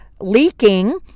leaking